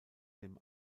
dem